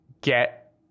get